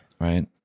right